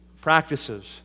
practices